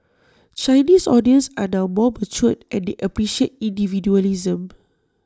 Chinese audience are now more mature and they appreciate individualism